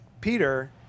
Peter